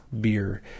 beer